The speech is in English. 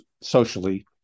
socially